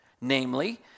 Namely